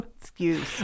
Excuse